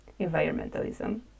environmentalism